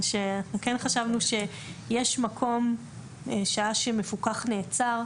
שאנחנו כן חשבנו שיש מקום שעה שמפוקח נעצר,